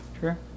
Sure